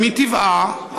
מטבעה,